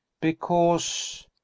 Because